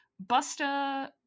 Buster